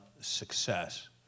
success